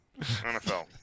NFL